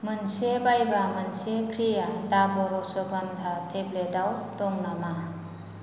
मोनसे बायबा मोनसे फ्रिया दाबर अश्वगन्धा टेब्लेटआव दं नामा